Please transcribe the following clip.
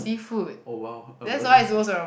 oh !wow!